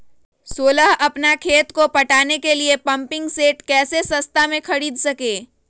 सोलह अपना खेत को पटाने के लिए पम्पिंग सेट कैसे सस्ता मे खरीद सके?